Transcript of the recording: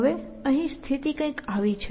હવે અહીં સ્થિતિ કંઈક આવી છે